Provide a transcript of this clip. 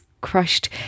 crushed